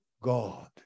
god